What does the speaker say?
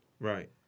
Right